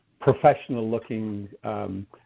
professional-looking